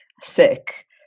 sick